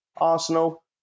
Arsenal